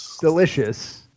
delicious